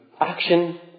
action